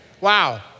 Wow